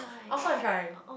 I also want to try